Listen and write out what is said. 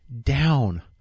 down